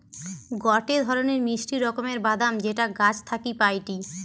গটে ধরণের মিষ্টি রকমের বাদাম যেটা গাছ থাকি পাইটি